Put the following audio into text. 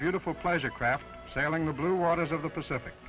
beautiful pleasure craft sailing the blue waters of the pacific